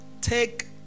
take